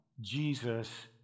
Jesus